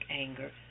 anger